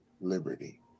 Liberty